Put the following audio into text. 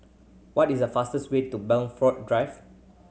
what is the fastest way to Blandford Drive